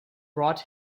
brought